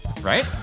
Right